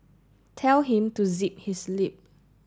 tell him to zip his lip